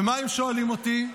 ומה הם שואלים אותי?